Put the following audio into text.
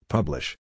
Publish